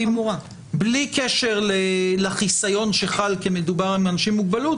בלי קשר לחיסיון שחל כי מדובר באנשים עם מוגבלות,